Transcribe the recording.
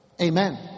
amen